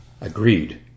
Agreed